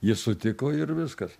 ji sutiko ir viskas